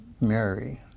Mary